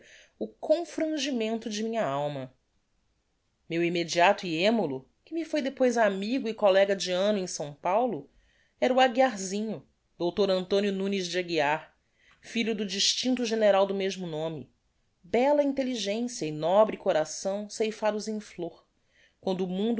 o confrangimento de minha alma meu immediato e emulo que me foi depois amigo e collega de anno em s paulo era o aguiarsinho dr antonio nunes de aguiar filho do distincto general do mesmo nome bella intelligencia e nobre coração ceifados em flor quando o mundo